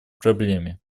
проблеме